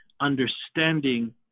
understanding